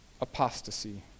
apostasy